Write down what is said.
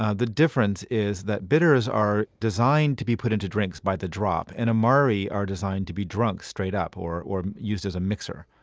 ah the difference is that bitters are designed to be put into drinks by the drop, and amari are designed to be drunk straight up or or used as a mixer.